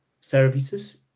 services